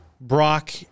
Brock